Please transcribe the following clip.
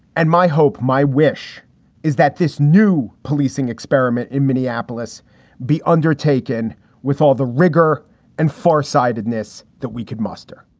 and my hope my wish is that this new policing experiment in minneapolis be undertaken with all the rigour and farsightedness that we could muster